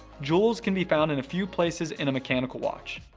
jewels can be found in a few places in a mechanical watch.